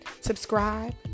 subscribe